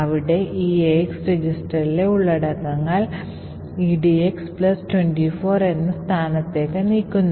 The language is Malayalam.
അവിടെ eax രജിസ്റ്ററിലെ ഉള്ളടക്കങ്ങൾ edx 24 എന്ന സ്ഥാനത്തേക്ക് നീക്കുന്നു